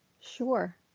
Sure